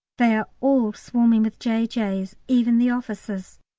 they are all swarming with j j s, even the officers.